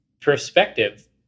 perspective